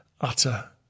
utter